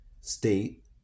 state